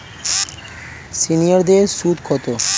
সিনিয়ারদের সুদ কত?